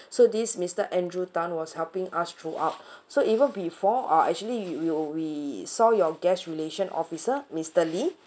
so this mister andrew Tan was helping us throughout so even before uh actually we we we saw your guest relation officer mister lee